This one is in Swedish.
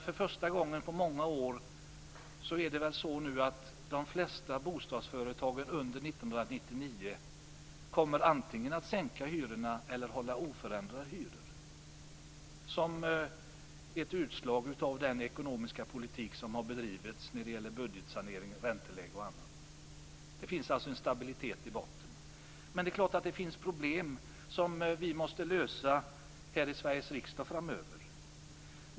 För första gången på många kommer de flesta bostadsföretagen att antingen sänka hyrorna eller hålla oförändrade hyror för 1999 - som ett utslag av den ekonomiska politik som har bedrivits när det gäller budgetsanering, ränteläge och annat. Det finns alltså en stabilitet i botten. Men det är klart att det finns problem som vi måste lösa här i Sveriges riksdag framöver.